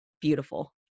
beautiful